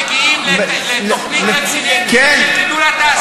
מגיעים לתוכנית רצינית לגידול התעשייה.